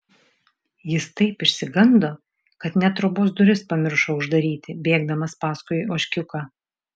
jis taip išsigando kad net trobos duris pamiršo uždaryti bėgdamas paskui ožkiuką